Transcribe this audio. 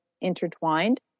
intertwined